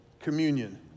communion